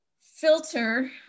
filter